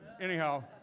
anyhow